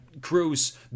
Cruz